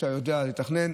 כשאתה יודע לתכנן.